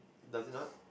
does it not